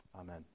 Amen